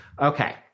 Okay